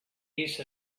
use